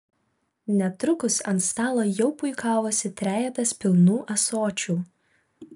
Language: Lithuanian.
netrukus ant stalo jau puikavosi trejetas pilnų ąsočių